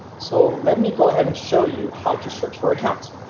so let me go ahead and show you how to search for account.